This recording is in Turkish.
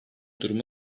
durumu